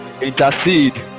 intercede